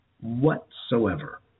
whatsoever